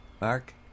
Mark